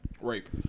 rape